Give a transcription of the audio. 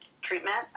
treatment